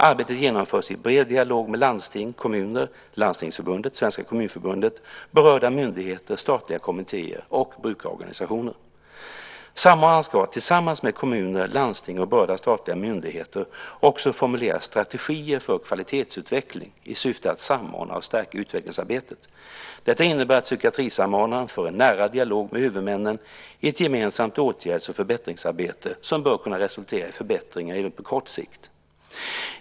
Arbetet genomförs i bred dialog med landsting, kommuner, Landstingsförbundet, Svenska Kommunförbundet, berörda myndigheter, statliga kommittéer och brukarorganisationer. Samordnaren ska tillsammans med kommuner, landsting och berörda statliga myndigheter också formulera strategier för kvalitetsutveckling i syfte att samordna och stärka utvecklingsarbetet. Detta innebär att psykiatrisamordnaren för en nära dialog med huvudmännen i ett gemensamt åtgärds och förbättringsarbete som bör kunna resultera i förbättringar även på kort sikt.